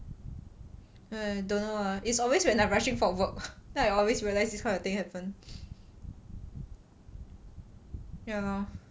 I don't know ah it's always when I'm rushing for work then I always realize this kind of thing happen ya lor